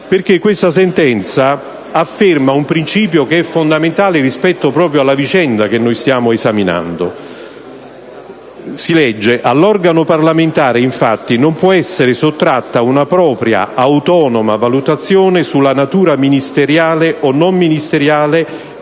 Gotti. Questa sentenza afferma un principio fondamentale rispetto alla vicenda che stiamo esaminando. In essa si afferma che all'organo parlamentare non può essere sottratta una propria autonoma valutazione sulla natura ministeriale o non ministeriale